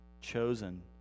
chosen